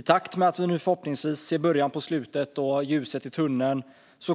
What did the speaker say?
I takt med att vi nu förhoppningsvis ser början på slutet och ljuset i tunneln